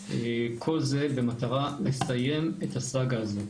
כל זה במטרה לסיים את הסאגה הזאת.